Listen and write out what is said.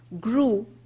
grew